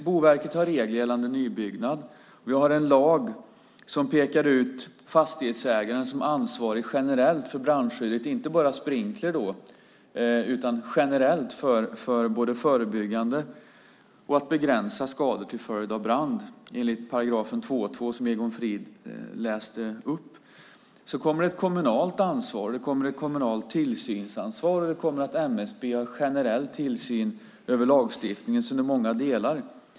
Boverket har regler gällande nybyggnad, och vi har en lag som pekar ut fastighetsägaren som ansvarig generellt för brandskyddet, inte bara för sprinkler utan generellt både i förebyggande syfte och i syfte att begränsa skador till följd av brand, enligt 2 kap. 2 § som Egon Frid här läste upp. Vidare tillkommer det kommunala ansvaret - ett kommunalt tillsynsansvar - och att MSB har generell tillsyn över lagstiftningen, så det är många delar här.